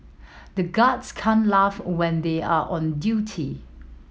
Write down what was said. the guards can't laugh when they are on duty